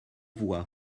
voix